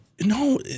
no